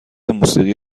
موسیقی